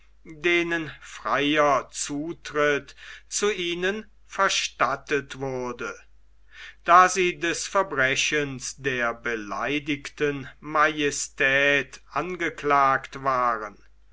denen freier zutritt zu ihnen verstattet wurde da sie des verbrechens der beleidigten majestät angeklagt waren